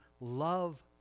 love